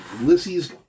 Ulysses